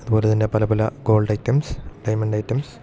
അതുപോലെ തന്നെ പല പല ഗോൾഡ് ഐറ്റംസ് ഡയമഡ് ഐറ്റംസ്